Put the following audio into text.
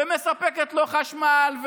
ומספקת להן חשמל,